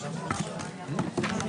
הישיבה ננעלה בשעה 12:32.